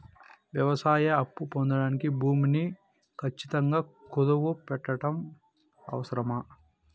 వ్యవసాయ అప్పు పొందడానికి భూమిని ఖచ్చితంగా కుదువు పెట్టడం అవసరమా?